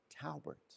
Talbert